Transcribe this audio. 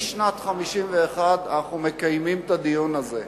משנת 1951 אנחנו מקיימים את הדיון הזה.